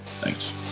thanks